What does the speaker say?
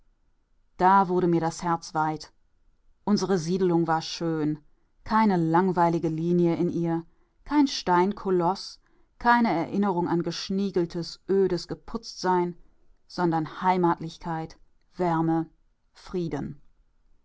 da wurde mir das herz weit unsere siedelung war schön keine langweilige linie in ihr kein steinkoloß keine erinnerung an geschniegeltes ödes geputztsein sondern heimatlichkeit wärme frieden